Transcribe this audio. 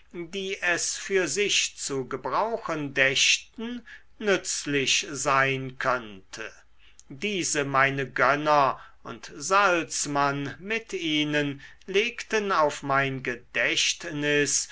die es für sich zu gebrauchen dächten nützlich sein könnte diese meine gönner und salzmann mit ihnen legten auf mein gedächtnis